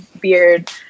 beard